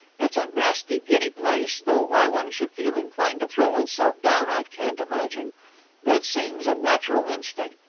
it's a nasty giddy place, though why one should feel inclined to throw oneself down i can't imagine but it seems a natural instinct,